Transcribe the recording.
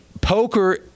poker